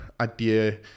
idea